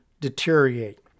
deteriorate